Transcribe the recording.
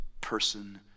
person